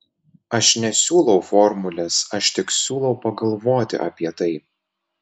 aš nesiūlau formulės aš tik siūlau pagalvoti apie tai